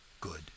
good